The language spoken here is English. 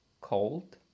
cold